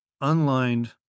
unlined